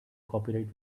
copyright